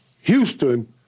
Houston